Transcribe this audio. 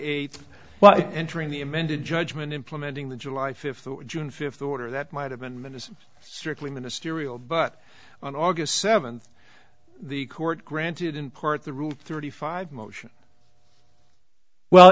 eighth but entering the amended judgment implementing the july fifth june fifth order that might have been strictly ministerial but on august seventh the court granted in part the rule thirty five